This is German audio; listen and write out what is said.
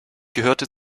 gehörte